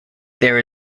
there